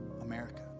America